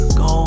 go